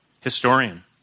historian